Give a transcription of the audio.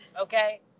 Okay